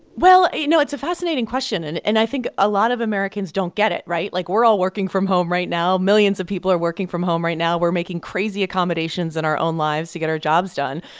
well, you know, it's a fascinating question, and and i think a lot of americans don't get it, right? like, we're all working from home right now. millions of people are working from home right now. we're making crazy accommodations in our own lives to get our jobs done.